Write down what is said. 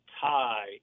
tie